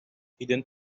hidden